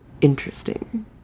Interesting